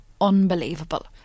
Unbelievable